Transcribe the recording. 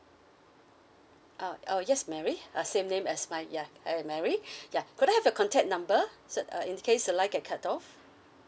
ah orh yes mary uh same name as mine ya I am mary ya could I have your contact number so uh in case the line get cut off